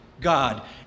God